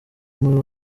muri